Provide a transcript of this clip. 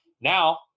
now